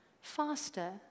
faster